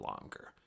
longer